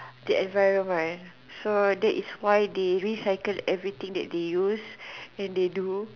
the environment so that is why they recycle everything that they use and they do